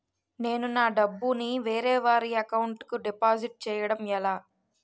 నేను నా డబ్బు ని వేరే వారి అకౌంట్ కు డిపాజిట్చే యడం ఎలా?